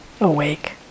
awake